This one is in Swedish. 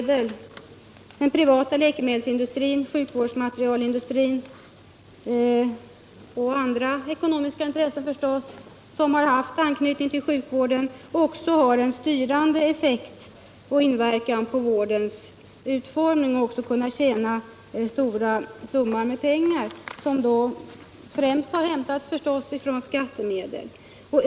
Den privata läkemedelsindustrin, sjukvårdsmaterielindustrin och andra ekonomiska intressen som haft anknytning till sjukvården har enligt vår uppfattning en styrande effekt och inverkar på vårdens utformning. Man tjänar stora summor på läkemedlen, pengar främst hämtade från skattemedel.